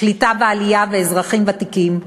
קליטה ועלייה ואזרחים ותיקים,